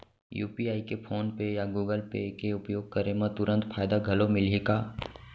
UPI के PhonePe या Google Pay के उपयोग करे म तुरंत फायदा घलो मिलही का?